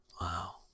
Wow